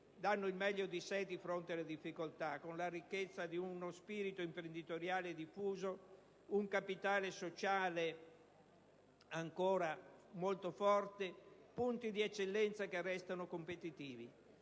danno il meglio di sé di fronte alle difficoltà, con la ricchezza di uno spirito imprenditoriale diffuso, un capitale sociale ancora molto forte, punti di eccellenza che restano competitivi.